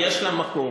ויש לה מקום,